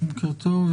בוקר טוב.